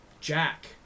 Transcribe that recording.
Jack